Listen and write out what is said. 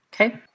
Okay